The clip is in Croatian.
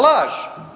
Laž!